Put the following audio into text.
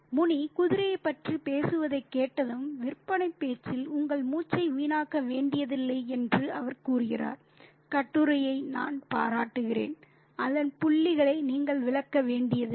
முனி குதிரையைப் பற்றி பேசுவதைக் கேட்டதும் விற்பனைப் பேச்சில் உங்கள் மூச்சை வீணாக்க வேண்டியதில்லை என்று அவர் கூறுகிறார் கட்டுரையை நான் பாராட்டுகிறேன் அதன் புள்ளிகளை நீங்கள் விளக்க வேண்டியதில்லை